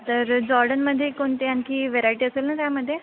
तर जॉर्डनमध्ये कोणती आणखी व्हरायटी असेल ना त्यामध्ये